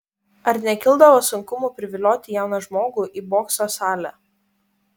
ar nekildavo sunkumų privilioti jauną žmogų į bokso salę